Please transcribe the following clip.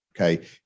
okay